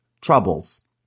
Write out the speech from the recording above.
troubles